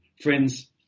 Friends